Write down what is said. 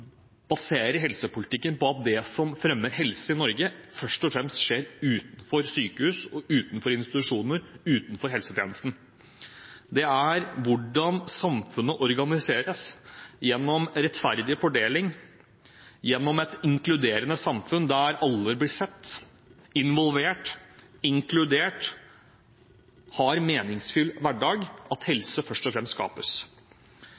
baserer helsepolitikken på at det som fremmer helse i Norge, først og fremst skjer utenfor sykehus og utenfor institusjoner, utenfor helsetjenesten. Det er hvordan samfunnet organiseres gjennom rettferdig fordeling, gjennom et inkluderende samfunn der alle blir sett, involvert, inkludert og har en meningsfull hverdag, at helse først og fremst skapes.